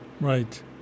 Right